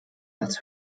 als